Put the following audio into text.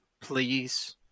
Please